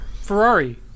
Ferrari